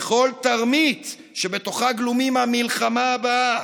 לכל תרמית שבתוכה גלומים המלחמה הבאה,